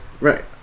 Right